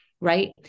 right